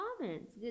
comments